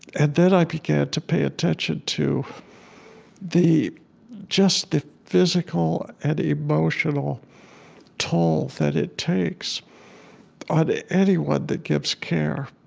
and then i began to pay attention to the just the physical and emotional toll that it takes on anyone that gives care